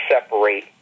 separate